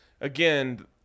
again